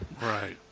Right